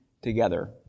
together